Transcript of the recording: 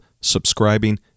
subscribing